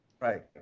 Right